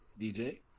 DJ